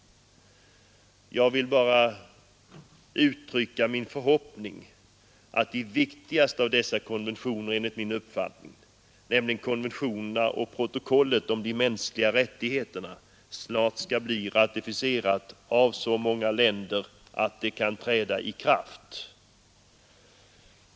Jag vill bara uttrycka min förhoppning att de enligt min uppfattning viktigaste av dessa konventioner, konventionerna och protokollet om de mänskliga rättigheterna, snart skall bli ratificerade av så många länder att de kan träda i kraft.